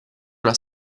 una